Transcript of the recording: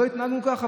לא התנהגנו ככה,